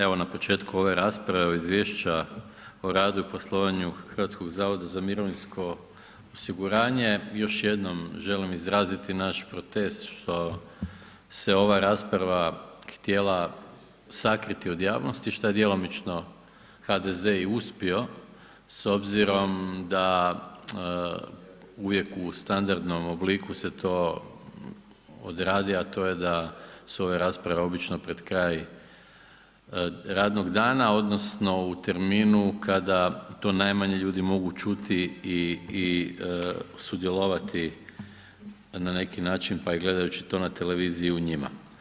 Evo na početku ove rasprave Izvješća o radu i poslovanju HZMO-a, još jednom želim izrazit naš protest što se ova rasprava htjela sakriti od javnosti šta je djelomično HDZ i uspio s obzirom da uvijek u standardnom obliku se to odradi a to je da su ove rasprave obično pred kraj radnog dana odnosno u terminu kada to najmanje ljudi mogu čuti i sudjelovati na neki način pa i gledajući to na televiziji u njima.